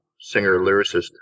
singer-lyricist